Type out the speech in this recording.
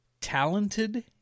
talented